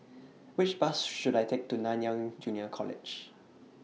Which Bus should I Take to Nanyang Junior College